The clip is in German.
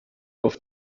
auf